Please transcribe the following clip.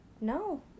No